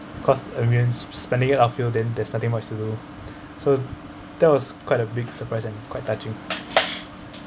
cause and we're spending it outfield then there's nothing much to do so that was quite a big surprise and quite touching